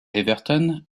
everton